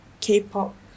k-pop